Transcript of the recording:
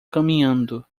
caminhando